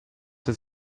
des